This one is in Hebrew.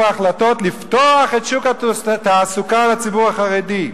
החלטות הוא לפתוח את שוק התעסוקה לציבור החרדי.